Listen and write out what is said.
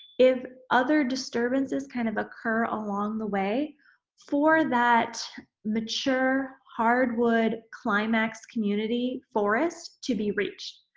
if other disturbances kind of occur along the way for that mature hardwood climax community forest to be reached.